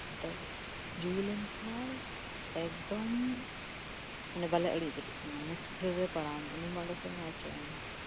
ᱡᱩᱞ ᱮᱱ ᱠᱷᱟᱱ ᱮᱠᱫᱚᱢ ᱟᱞᱮ ᱵᱟᱞᱮ ᱤᱲᱤᱡ ᱫᱟᱲᱮᱭᱟᱜ ᱠᱟᱱᱟ ᱢᱩᱥᱠᱤᱞ ᱨᱮᱞᱮ ᱯᱟᱲᱟᱣᱱᱟ ᱩᱱᱤ ᱦᱚᱸ ᱚᱱᱰᱮ ᱠᱷᱚᱱ ᱵᱟᱭ ᱚᱪᱚᱜ ᱮᱱ